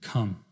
Come